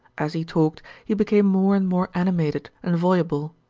as he talked he became more and more animated and voluble.